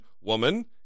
woman